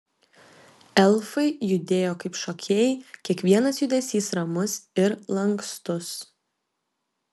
elfai judėjo kaip šokėjai kiekvienas judesys ramus ir lankstus